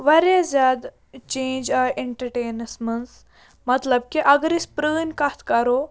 واریاہ زیادٕ چینٛج آے اٮ۪نٹَرٹینَس منٛز مطلب کہِ اگر أسۍ پرٛٲنۍ کَتھ کَرو